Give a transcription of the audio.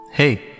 Hey